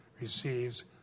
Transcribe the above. receives